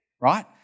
right